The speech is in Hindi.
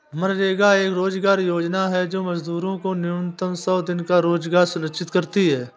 मनरेगा एक रोजगार योजना है जो मजदूरों को न्यूनतम सौ दिनों का रोजगार सुनिश्चित करती है